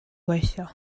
gweithio